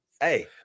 Hey